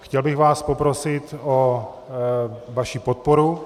Chtěl bych vás poprosit o vaši podporu.